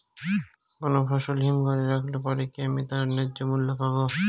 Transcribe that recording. কোনো ফসল হিমঘর এ রাখলে পরে কি আমি তার ন্যায্য মূল্য পাব?